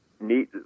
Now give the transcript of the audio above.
need